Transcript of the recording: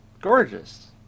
gorgeous